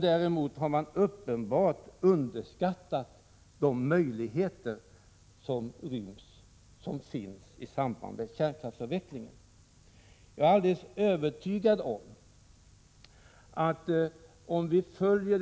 Däremot har man uppenbart underskattat möjligheterna i samband med kärnkraftsavvecklingen.